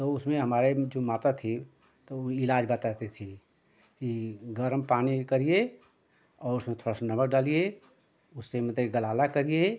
तो उसमें हमारी जो माता थीं तो वह इलाज़ बताती थीं कि गर्म पानी करिए और उसमें थोड़ा सा नमक डालिए उससे मतलब कि गरारा करिए